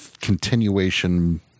continuation